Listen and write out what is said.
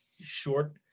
short